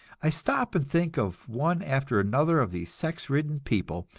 i stop and think of one after another of these sex-ridden people,